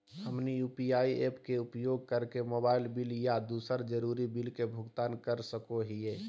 हमनी UPI apps के उपयोग करके मोबाइल बिल आ दूसर जरुरी बिल के भुगतान कर सको हीयई